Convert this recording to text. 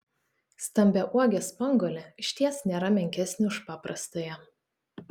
stambiauogė spanguolė išties nėra menkesnė už paprastąją